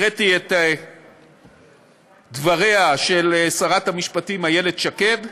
הקראתי את דבריה של שרת המשפטים איילת שקד,